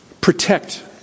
protect